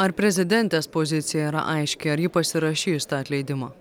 ar prezidentės pozicija yra aiški ar ji pasirašys tą atleidimą